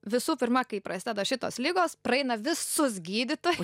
visų pirma kai prasideda šitos ligos praeina visus gydytoj